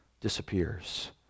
disappears